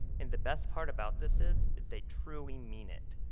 and the best part about this is they truly mean it.